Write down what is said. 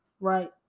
right